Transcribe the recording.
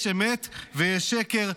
יש אמת ויש שקר.